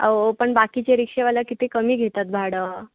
अहो पण बाकीचे रिक्षेवाले किती कमी घेतात भाडं